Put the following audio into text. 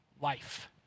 life